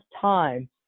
time